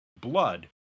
blood